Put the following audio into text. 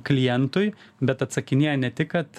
klientui bet atsakinėja ne tik kad